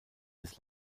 des